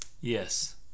Yes